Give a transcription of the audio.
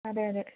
അതെ അതെ